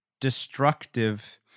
destructive